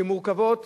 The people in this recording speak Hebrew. שמורכבות